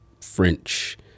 French